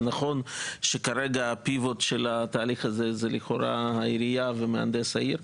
זה נכון שכרגע הפיבוט של התהליך הזה זה לכאורה העירייה ומהנדס העיר,